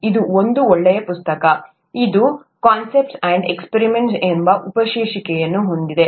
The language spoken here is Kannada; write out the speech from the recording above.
ಇದೂ ಒಂದು ಒಳ್ಳೆಯ ಪುಸ್ತಕ ಇದು 'ಕಾನ್ಸೆಪ್ಟ್ ಅಂಡ್ ಎಕ್ಸ್ಪರಿಮೆಂಟ್ ಎಂಬ ಉಪಶೀರ್ಷಿಕೆಯನ್ನು ಹೊಂದಿದೆ